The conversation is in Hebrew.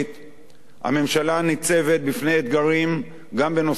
הממשלה ניצבת בפני אתגרים גם בנושא התקציב,